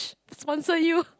sponsor you